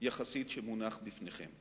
יחסית שמונח לפניכם.